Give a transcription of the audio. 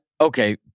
Okay